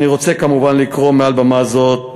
אני רוצה כמובן לקרוא מעל במה זאת,